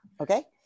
Okay